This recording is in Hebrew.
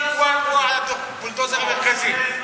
הוא הבולדוזר המרכזי.